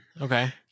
Okay